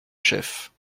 chefs